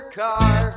car